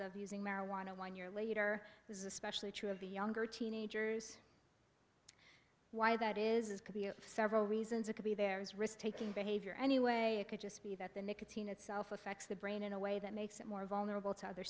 of using marijuana one year later this is especially true of the younger teenagers why that is could be several reasons it could be there is risk taking behavior anyway it could just be that the nicotine itself affects the brain in a way that makes it more vulnerable to other